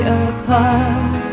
apart